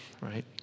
right